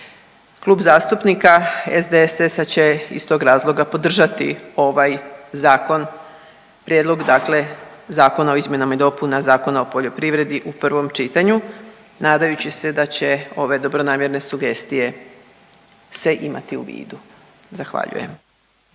Klub zastupnika SDSS-a će iz tog razloga podržati ovaj zakon, prijedlog dakle Zakona o izmjenama i dopunama Zakona o poljoprivredi u prvom čitanju nadajući se da će ove dobronamjerne sugestije se imati u vidu. Zahvaljujem.